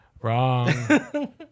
Wrong